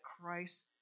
Christ